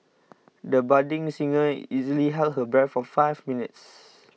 the budding singer easily held her breath for five minutes